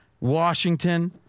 Washington